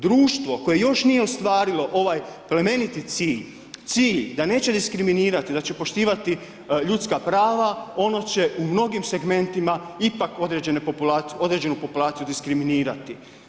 Društvo koje još nije ostvarilo ovaj plemeniti cilj, cilj da neće diskriminirati da će poštivati ljudska prava, ono će u mnogim segmentima ipak određenu populaciju diskriminirati.